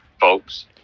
folks